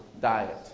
diet